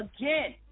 again